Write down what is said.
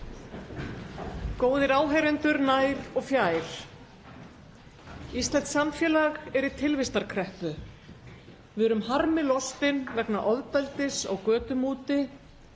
Góðir áheyrendur, nær og fjær. Íslenskt samfélag er í tilvistarkreppu. Við erum harmi lostin vegna ofbeldis á götum úti